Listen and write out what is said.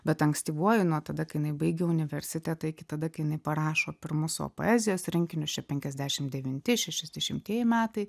bet ankstyvuoju nuo tada kai jinai baigė universitetą iki tada kai jinai parašo pirmus savo poezijos rinkinius penkiasdešim devinti šešiasdešimtieji metai